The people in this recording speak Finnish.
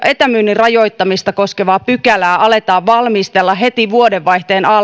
etämyynnin rajoittamista koskevaa pykälää aletaan valmistella heti vuodenvaihteen